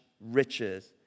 riches